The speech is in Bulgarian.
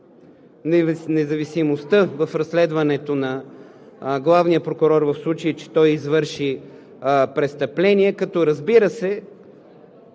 независимостта в разследването на главния прокурор, в случай че той извърши престъпление като, разбира се,